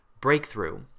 breakthrough